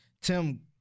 Tim